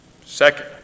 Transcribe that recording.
Second